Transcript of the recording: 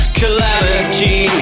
calamity